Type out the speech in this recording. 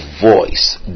voice